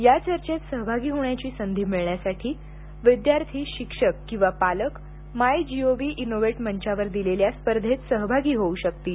या चर्चेत सहभागी होण्याची संधी मिळण्यासाठी विद्यार्थी शिक्षक किंवा पालक मायजीओवी इनोवेट मंचावर दिलेल्या स्पर्धेत सहभागी होऊ शकतील